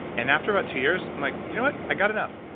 and after about two years, i'm like, you know what? i got enough.